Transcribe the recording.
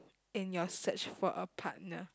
in your search for a partner